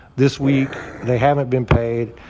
this week, they haven't been paid.